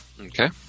Okay